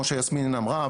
כמו שיסמין אמרה,